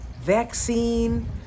vaccine